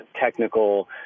technical